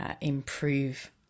improve